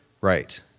Right